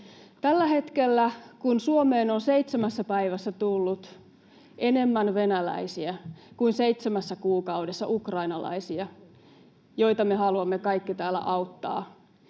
Tällä hetkellä, kun Suomeen on seitsemässä päivässä tullut enemmän venäläisiä kuin seitsemässä kuukaudessa ukrainalaisia, [Kimmo Kiljunen: 80 prosenttia